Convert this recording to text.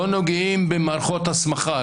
לא נוגעים במערכות הסמכה,